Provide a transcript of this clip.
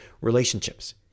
relationships